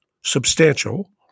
substantial